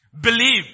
Believe